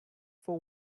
for